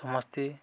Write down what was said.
ସମସ୍ତେ